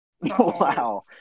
Wow